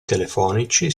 telefonici